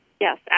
Yes